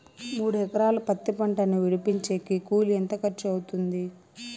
మూడు ఎకరాలు పత్తి పంటను విడిపించేకి కూలి ఎంత ఖర్చు అవుతుంది?